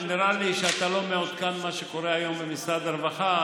נראה לי שאתה לא מעודכן במה שקורה היום במשרד הרווחה,